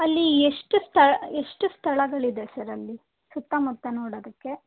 ಅಲ್ಲಿ ಎಷ್ಟು ಸ್ತ ಎಷ್ಟು ಸ್ಥಳಗಳಿದೆ ಸರ್ ಅಲ್ಲಿ ಸುತ್ತಮುತ್ತ ನೋಡೋದಕ್ಕೆ